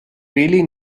really